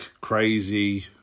crazy